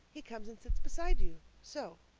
he comes and sits beside you. so.